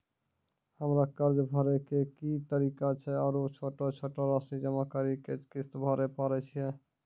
हमरा कर्ज भरे के की तरीका छै आरू छोटो छोटो रासि जमा करि के किस्त भरे पारे छियै?